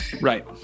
Right